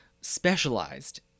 specialized